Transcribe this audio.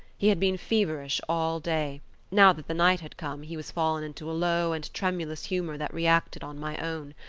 he had been feverish all day now that the night had come he was fallen into a low and tremulous humour that reacted on my own.